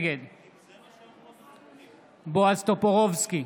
נגד בועז טופורובסקי,